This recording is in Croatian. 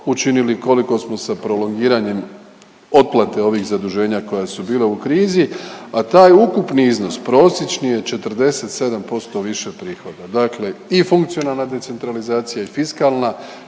učinili koliko smo sa prolongiranjem otplate ovih zaduženja koja su bila u krizi, a taj ukupni iznos prosječni je 47% više prihoda. Dakle i funkcionalna decentralizacija i fiskalna